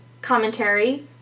commentary